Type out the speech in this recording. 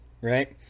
Right